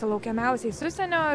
laukiamiausiais užsienio